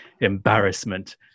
embarrassment